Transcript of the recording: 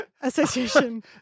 association